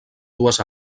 dues